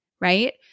right